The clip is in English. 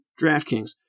DraftKings